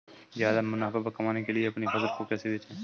ज्यादा मुनाफा कमाने के लिए अपनी फसल को कैसे बेचें?